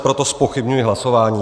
Proto zpochybňuji hlasování.